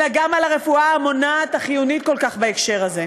אלא גם על הרפואה המונעת החיונית כל כך בהקשר הזה.